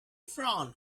frown